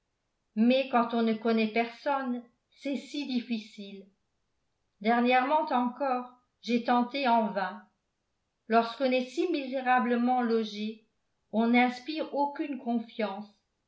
mais quand on ne connaît personne c'est si difficile dernièrement encore j'ai tenté en vain lorsqu'on est si misérablement logé on n'inspire aucune confiance